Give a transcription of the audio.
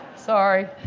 sorry